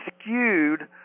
skewed